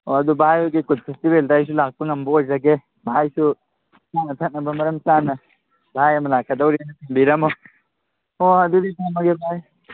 ꯑꯣ ꯑꯗꯨ ꯚꯥꯏ ꯍꯣꯏꯒꯤ ꯀꯨꯠ ꯐꯦꯁꯇꯤꯕꯦꯜꯗ ꯑꯩꯁꯨ ꯂꯥꯛꯄ ꯉꯝꯕ ꯑꯣꯏꯖꯒꯦ ꯚꯥꯏꯁꯨ ꯆꯥꯅ ꯊꯛꯅꯕ ꯃꯔꯝ ꯆꯥꯅ ꯚꯥꯏ ꯑꯃ ꯂꯥꯛꯀꯧꯕꯤꯅ ꯊꯤꯟꯕꯤꯔꯝꯣ ꯍꯣ ꯑꯗꯨꯗꯤ ꯊꯝꯃꯒꯦ ꯚꯥꯏ